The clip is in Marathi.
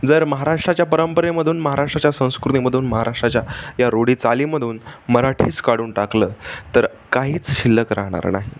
जर महाराष्ट्राच्या परंपरेमधून महाराष्ट्राच्या संस्कृतीमधून महाराष्ट्राच्या या रूढी चालीमधून मराठीच काढून टाकलं तर काहीच शिल्लक राहणार नाही